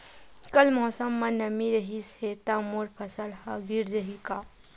कल मौसम म नमी रहिस हे त मोर फसल ह गिर जाही का?